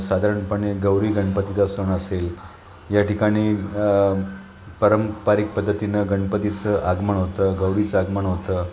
साधारणपणे गौरी गणपतीचा सण असेल या ठिकाणी पारंपरिक पद्धतीनं गणपतीचं आगमन होतं गौरीचं आगमन होतं